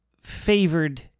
favored